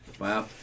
Wow